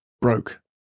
broke